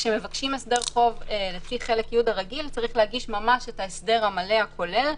כשמבקשים הסדר חוב לפי חלק י' הרגיל צריך להגיש את ההסדר המלא הכולל,